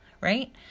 right